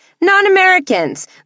non-Americans